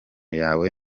yawe